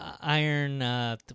iron